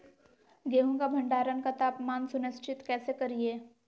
गेहूं का भंडारण का तापमान सुनिश्चित कैसे करिये?